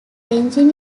engine